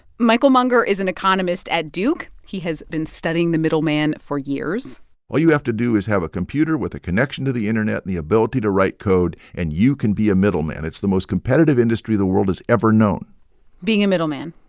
michael munger is an economist at duke. he has been studying the middleman for years all you have to do is have a computer with a connection to the internet and the ability to write code, and you can be a middleman. it's the most competitive industry the world has ever known being a middleman?